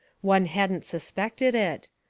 one hadn't suspected it.